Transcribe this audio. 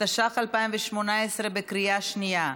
התשע"ח 2018, בקריאה שנייה.